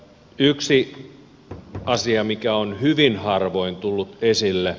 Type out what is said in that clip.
yksi asia mikä on hyvin harvoin tullut esille